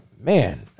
man